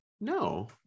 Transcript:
no